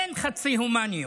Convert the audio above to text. אין חצי הומניות.